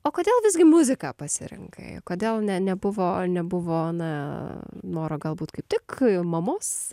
o kodėl visgi muzika pasirinkai kodėl ne nebuvo nebuvo na noro galbūt kaip tik mamos